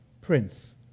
Prince